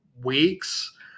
weeks